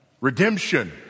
redemption